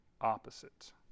opposite